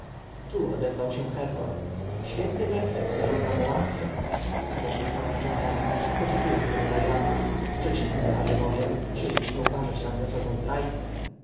tu odezwał się herhor święty mefres wyrządza mu łaskę rzekł stanowczym tonem poczytując go za warjata w przeciwnym bowiem razie musielibyśmy uważać ramzesa za zdrajcę